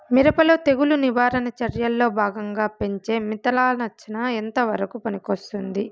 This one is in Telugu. మిరప లో తెగులు నివారణ చర్యల్లో భాగంగా పెంచే మిథలానచ ఎంతవరకు పనికొస్తుంది?